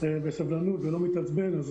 בסבלנות ולא מתעצבן, זה